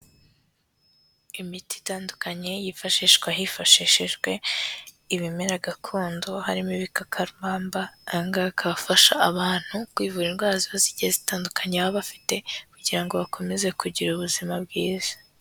Imiti itandukanye yifashishwa hifashishijwe ibimera gakondo harimo ibikakarubamba, aya ngaya akaba afasha abantu kwivura indwara zigiye zitandukanye baba bafite kugira ngo bakomeze kugira ubuzima bwiza.